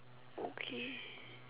okay